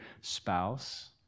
spouse